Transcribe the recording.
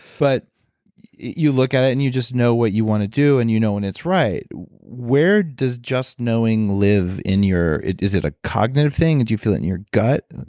but you look at it and you just know what you want to do, and you know when it's right. where does just knowing live in your. is it is it a cognitive thing? do you feel it in your gut?